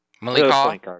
Malik